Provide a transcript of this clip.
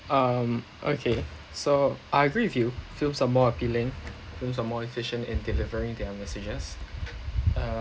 um okay so I agree with you films are more appealing films are more efficient in delivering their messages uh